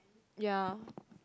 ya